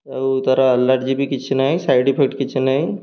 ଆଉ ତା'ର ଆଲାର୍ଜି ବି କିଛି ନାହିଁ ସାଇଡ଼୍ ଇଫେକ୍ଟ କିଛି ନାହିଁ